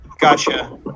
Gotcha